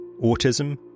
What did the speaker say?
autism